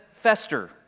fester